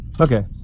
Okay